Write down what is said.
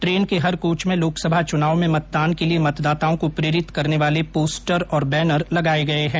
train के हर coach में लोकसभा च्नाव में मतदान के लिए मतदाताओं को प्रेरित करने वाले पोस्टर बैनर लगाए गए हैं